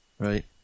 Right